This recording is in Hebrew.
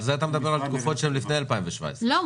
אתה מדבר על התקופות של לפני 2017. לא,